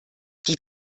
die